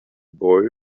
boy